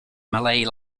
malay